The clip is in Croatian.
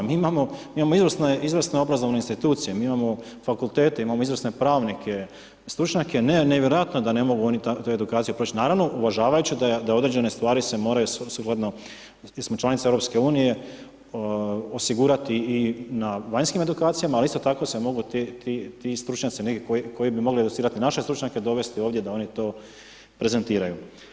Mi imamo izvrsno obrazovne institucije, mi imamo fakultete, imamo izvrsne pravnike, stručnjake, nevjerojatno je da oni ne mogu te edukacije proći, naravno uvažavajući da određene stvari se moraju, sukladno, mi smo članice EU osigurati i na vanjskim edukacijama, ali isto tako se mogu ti stručnjaki, neki koji bi mogli educirati naše stručnjake dovesti ovdje da oni to prezentiraju.